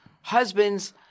husbands